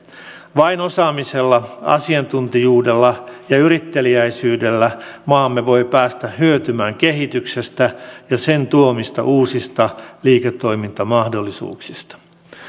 vain osaamisella asiantuntijuudella ja yritteliäisyydellä maamme voi päästä hyötymään kehityksestä ja sen tuomista uusista liiketoimintamahdollisuuksista